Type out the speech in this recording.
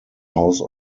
house